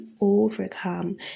overcome